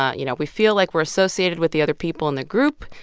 ah you know, we feel like we're associated with the other people in the group.